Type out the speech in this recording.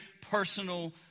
personal